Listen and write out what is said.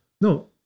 No